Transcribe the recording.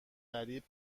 قریب